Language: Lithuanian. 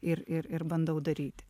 ir ir ir bandau daryti